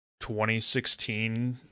2016